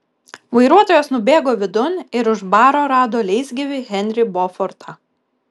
vairuotojas nubėgo vidun ir už baro rado leisgyvį henrį bofortą